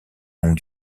longue